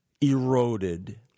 eroded